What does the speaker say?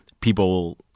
people